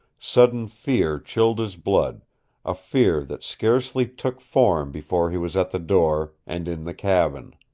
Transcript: sudden fear chilled his blood a fear that scarcely took form before he was at the door, and in the cabin.